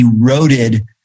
eroded